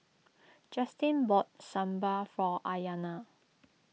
Justin bought Sambar for Aiyana